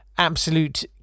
Absolute